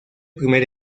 primer